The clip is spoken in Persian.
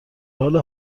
حال